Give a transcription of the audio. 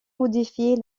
modifier